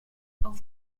auf